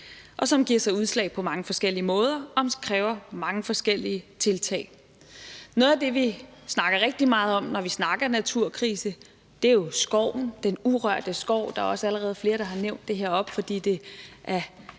og som giver sig udslag på mange forskellige måder og kræver mange forskellige tiltag. Noget af det, vi snakker rigtig meget om, når vi snakker naturkrise, er jo skoven, den urørte skov. Der er også allerede flere, der har nævnt det heroppe, fordi det er